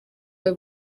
wawe